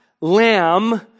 lamb